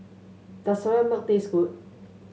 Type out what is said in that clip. does Soya Milk taste good